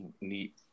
neat